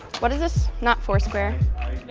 what is this? not foursquare.